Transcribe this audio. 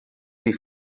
sie